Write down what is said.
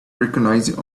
recognizing